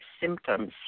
symptoms